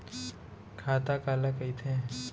खाता काला कहिथे?